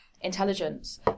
intelligence